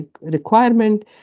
requirement